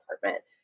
department